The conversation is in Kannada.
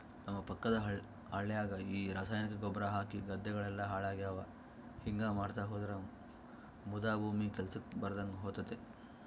ನಮ್ಮ ಪಕ್ಕದ ಹಳ್ಯಾಗ ಈ ರಾಸಾಯನಿಕ ಗೊಬ್ರ ಹಾಕಿ ಗದ್ದೆಗಳೆಲ್ಲ ಹಾಳಾಗ್ಯಾವ ಹಿಂಗಾ ಮಾಡ್ತಾ ಹೋದ್ರ ಮುದಾ ಭೂಮಿ ಕೆಲ್ಸಕ್ ಬರದಂಗ ಹೋತತೆ